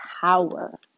power